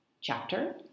chapter